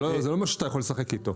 זה לא משהו שאתה יכול לשחק איתו.